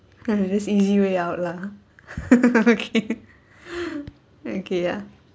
this easy way out lah okay okay ya